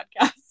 podcast